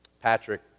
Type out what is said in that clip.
Patrick